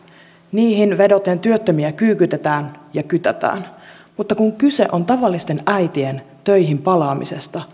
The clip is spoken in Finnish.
niihin vedoten työttömiä kyykytetään ja kytätään mutta kun kyse on tavallisten äitien töihin palaamisesta